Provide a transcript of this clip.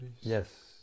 Yes